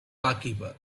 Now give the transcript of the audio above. barkeeper